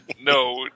No